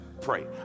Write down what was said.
pray